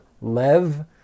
Lev